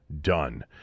done